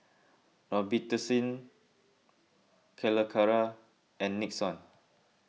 Robitussin Calacara and Nixon